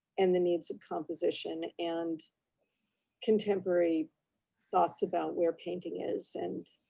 and the needs composition, and contemporary thoughts about where painting is. and,